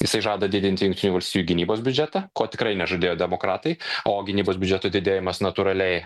jisai žada didinti jungtinių valstijų gynybos biudžetą ko tikrai nežadėjo demokratai o gynybos biudžeto didėjimas natūraliai